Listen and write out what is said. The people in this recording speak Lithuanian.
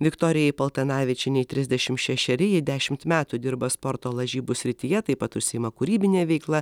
viktorijai paltanavičienei trisdešimt šešeri ji dešimt metų dirba sporto lažybų srityje taip pat užsiima kūrybine veikla